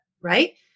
right